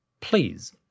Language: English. Please